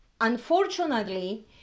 unfortunately